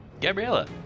gabriella